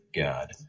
God